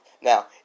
Now